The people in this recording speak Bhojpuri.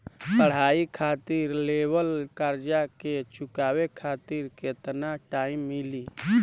पढ़ाई खातिर लेवल कर्जा के चुकावे खातिर केतना टाइम मिली?